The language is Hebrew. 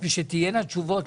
שתהיינה תשובות,